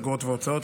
אגרות והוצאות,